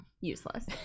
Useless